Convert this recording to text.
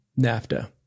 NAFTA